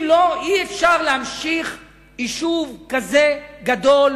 אם לא, אי-אפשר להמשיך עם יישוב כזה גדול,